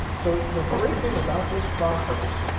so the great thing about this process.